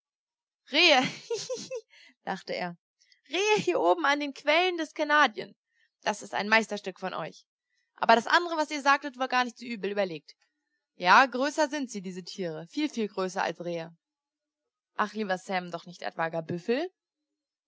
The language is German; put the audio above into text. rehe hihihihi lachte er rehe hier oben an den quellen des kanadian das ist ein meisterstück von euch aber das andere was ihr sagtet war gar nicht so übel überlegt ja größer sind sie diese tiere viel viel größer als rehe ach lieber sam doch nicht etwa gar